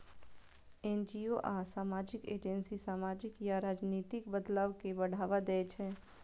NGO आ सामाजिक agency सामाजिक या राजनीतिक बदलाव कें बढ़ावा दै छै